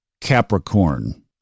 Capricorn